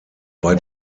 bei